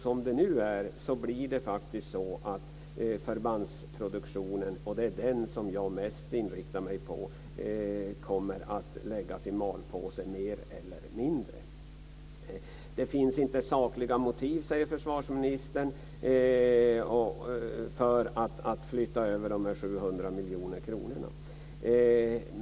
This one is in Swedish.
Som det nu är blir det faktiskt så att förbandsproduktionen - det är den som jag mest inriktar mig på - kommer att mer eller mindre läggas i malpåse. Det finns inte sakliga motiv, säger försvarsministern, för att flytta över de 700 miljonerna.